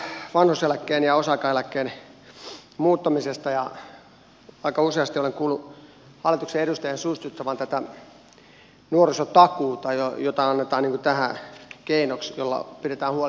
täällähän keskustellaan varhennetun vanhuuseläkkeen ja osa aikaeläkkeen muuttamisesta ja aika useasti olen kuullut hallituksen edustajan suitsuttavan nuorisotakuuta jota annetaan tähän keinoksi jolla pidetään huoli myös nuorista